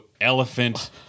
elephant